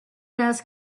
ask